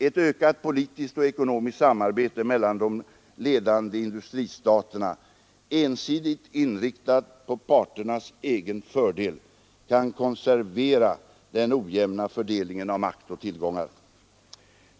Ett ökat politiskt och ekonomiskt samarbete mellan de ledande industristaterna, ensidigt inriktat på parternas egen fördel, kan konservera den ojämna fördelningen av makt och tillgångar.